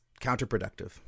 counterproductive